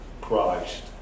Christ